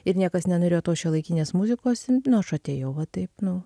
ir niekas nenorėjo tos šiuolaikinės muzikos i nu aš atėjau va taip nu